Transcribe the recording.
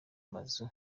mazu